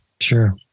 Sure